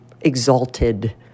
exalted